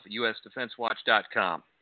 USDefenseWatch.com